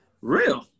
real